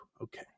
okay